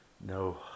No